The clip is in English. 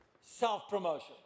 self-promotion